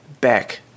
back